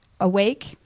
awake